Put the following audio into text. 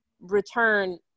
return